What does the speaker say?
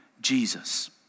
Jesus